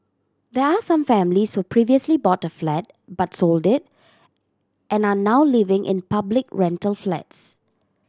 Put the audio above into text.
there are some families who previously bought a flat but sold it and are now living in public rental flats